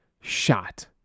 shot